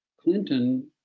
Clinton